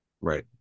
right